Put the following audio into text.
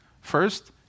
First